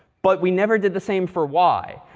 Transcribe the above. but we never did the same for y.